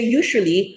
usually